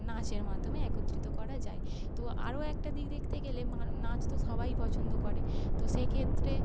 নাচের মাধ্যমে একত্রিত করা যায় তো আরও একটা দিক দেখতে গেলে মানু নাচ তো সবাইই পছন্দ করে তো সেই ক্ষেত্রে